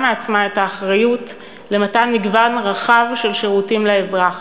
מעצמה את האחריות למתן מגוון רחב של שירותים לאזרח.